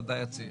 בוודאי הצעירים.